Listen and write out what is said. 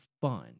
fun